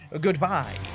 Goodbye